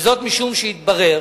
וזאת משום שהתברר